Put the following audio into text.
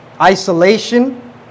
isolation